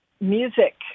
music